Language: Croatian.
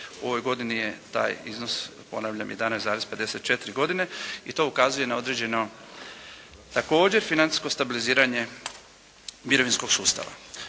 U ovoj godini je taj iznos ponavljam 11,54 godine i to ukazuje na određeno također financijsko stabiliziranje mirovinskog sustava.